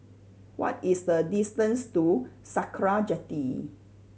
what is the distance to Sakra Jetty